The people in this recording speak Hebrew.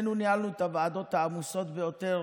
שנינו ניהלנו את הוועדות העמוסות ביותר,